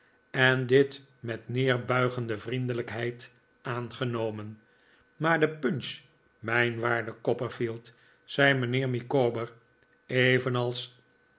en dit niet neerbuigende vriendelijkheid aangenomen maar de punch mijn waarde copperfield zei mijnheer micawber evenals